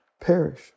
perish